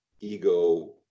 ego